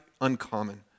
uncommon